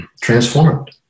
transformed